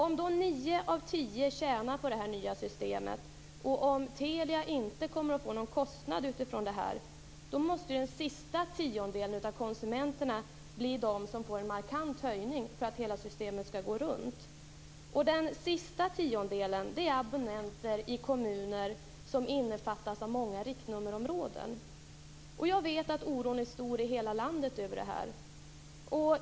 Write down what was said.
Om nio av tio tjänar på systemet, och om Telia inte kommer att få någon kostnad, då måste den sista tiondelen av konsumenterna vara de som får en markant höjning för att systemet skall gå runt ekonomiskt. Den sista tiondelen är abonnenter i kommuner som innefattas av många riktnummerområden. Jag vet att oron är stor över hela landet över detta.